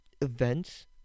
events